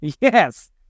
yes